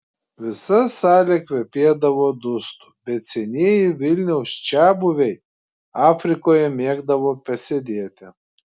visa salė kvepėdavo dustu bet senieji vilniaus čiabuviai afrikoje mėgdavo pasėdėti